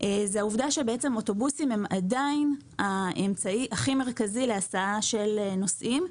העובדה שאוטובוסים הם עדיין האמצעי הכי מרכזי להסעה של נוסעים.